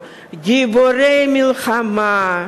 גיבורי מלחמה,